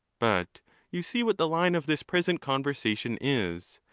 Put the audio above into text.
but you see what the line of this present conversation is,